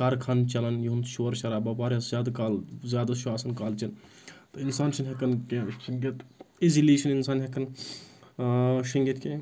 کارخان چَلَان یِہُنٛد شور شَراب واریاہ زیادٕ زیادٕ چھُ آسَان کالچَن تہٕ اِنسان چھُنہٕ ہؠکَان کینٛہہ شِنٛگِتھ اِیٖزِلی چھِنہٕ اِنسان ہیٚکَان شِنٛگِتھ کینٛہہ